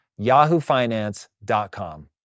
yahoofinance.com